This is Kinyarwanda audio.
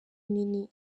nini